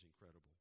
incredible